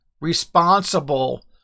responsible